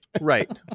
Right